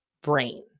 brain